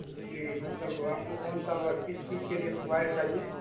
جی مطلب آپ کو کون سا کس چیز کے لیے وائر چاہیے